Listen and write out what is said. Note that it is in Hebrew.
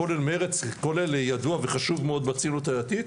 כולל ידוע וחשוב מאוד בציונות הדתית,